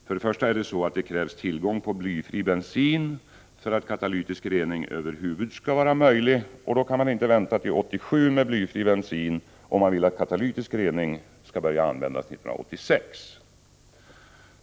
För det första krävs det tillgång på blyfri bensin för att katalytisk rening över huvud skall vara möjlig, och då kan man ju inte vänta till 1987 med blyfri bensin om man vill att katalytisk rening skall börja användas 1986.